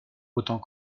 autant